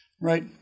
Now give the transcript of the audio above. right